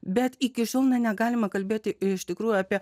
bet iki šiol negalima kalbėti iš tikrųjų apie